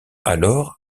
alors